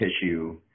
tissue